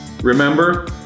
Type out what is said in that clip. remember